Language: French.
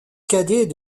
cadet